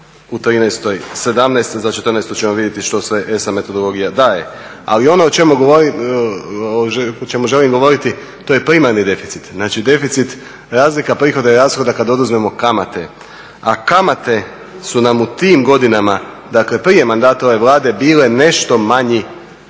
i '13. 17, za '14. ćemo vidjeti što sve ESA metodologija daje, ali ono o čemu želim govoriti, to je primarni deficit, znači deficit razlika, prihoda i rashoda, kad oduzmemo kamate, a kamate su nam u tim godinama, dakle prije mandata ove Vlade bile nešto manji